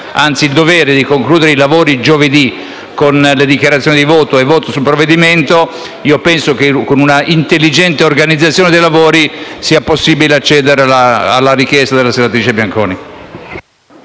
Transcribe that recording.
anzi il dovere di concludere i lavori giovedì con le dichiarazioni di voto e il voto finale sul provvedimento, con una intelligente organizzazione dei lavori sarà possibile accogliere la richiesta avanzata dalla senatrice Bianconi.